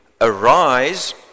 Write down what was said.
arise